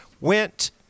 went